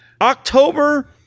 October